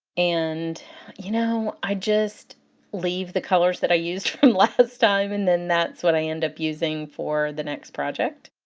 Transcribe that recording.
and you know i just leave the colors that i used from last time and then that's what i end up using for the next project.